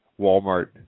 Walmart